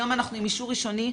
היום אנחנו עם אישור ראשוני.